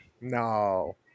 No